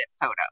photos